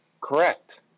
Correct